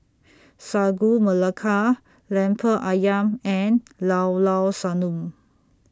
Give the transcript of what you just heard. Sagu Melaka Lemper Ayam and Llao Llao Sanum